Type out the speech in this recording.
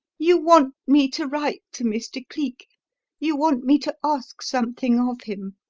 you want me to write to mr. cleek you want me to ask something of him.